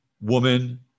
woman